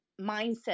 Mindset